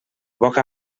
boca